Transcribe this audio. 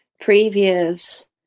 previous